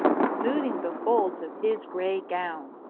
smoothing the folds of his gray gown.